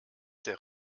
der